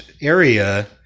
area